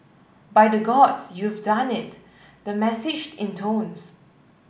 by the Gods you've done it the message intones